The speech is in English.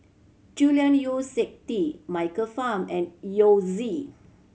Julian Yeo See Teck Michael Fam and Yao Zi